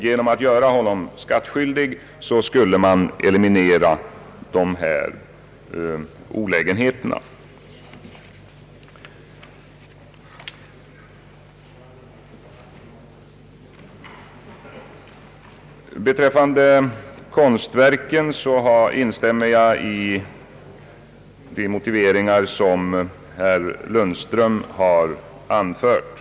Genom att göra auktionsförrättaren skattskyldig skulle man eliminera de olägenheter jag tidigare nämnt. Beträffande konstverken instämmer jag i de motiveringar som herr Lundström har anfört.